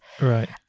Right